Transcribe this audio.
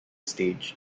stage